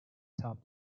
top